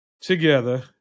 together